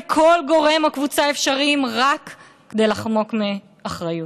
כל גורם או קבוצה אפשריים רק כדי לחמוק מאחריות.